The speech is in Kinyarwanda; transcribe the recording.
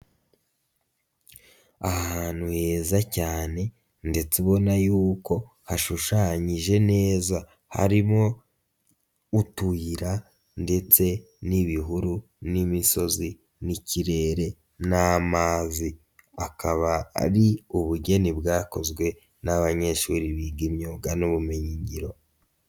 Ahantu heza cyane ndetse ubona y'uko hashushanyije neza, harimo utuyira ndetse n'ibihuru n'imisozi n'ikirere n'amazi, akaba ari ubugeni bwakozwe n'abanyeshuri biga imyuga n'ubumenyingiro.